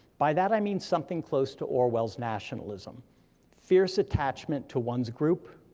by that i mean something close to orwell's nationalism fierce attachment to one's group,